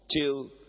till